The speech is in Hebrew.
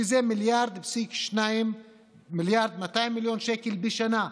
שזה 1.2 מיליארד שקל בשנה.